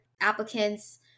applicants